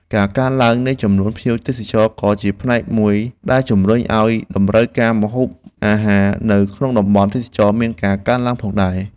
ការកើនឡើងនៃចំនួនភ្ញៀវទេសចរក៏ជាផ្នែកមួយដែលជម្រុញឱ្យតម្រូវការម្ហូបអាហារនៅក្នុងតំបន់ទេសចរណ៍មានការកើនឡើងផងដែរ។